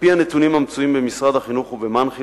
על-פי הנתונים המצויים במשרד החינוך ובמנח"י,